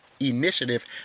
initiative